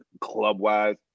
club-wise